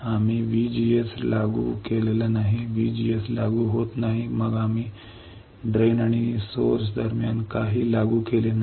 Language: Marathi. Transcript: आम्ही VGS लागू केलेला VGSलागू होत नाही मग आम्ही ड्रेन आणि सोर्स दरम्यान काहीही लागू केले नाही